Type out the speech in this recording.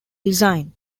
design